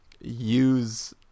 use